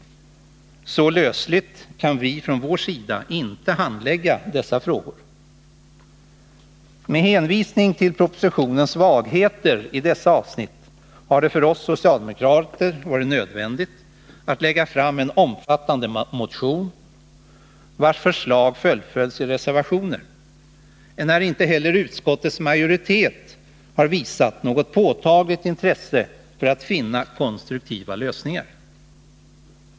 Så lösligt kan vi från vår sida inte handlägga dessa frågor. Med hänvisning till propositionens svagheter i dessa avsnitt har det för oss socialdemokrater varit nödvändigt att lägga fram en omfattande motion, vars förslag fullföljs i reservationer, enär inte heller utskottets majoritet har visat något påtagligt intresse för att finna konstruktiva lösningar.